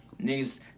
niggas